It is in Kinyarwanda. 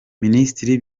minisitiri